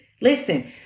Listen